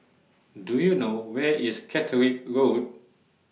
Do YOU know Where IS Catterick Road